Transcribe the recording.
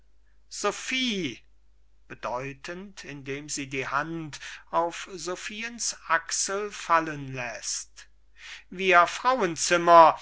indem sie die hand auf sophiens achsel fallen läßt wir frauenzimmer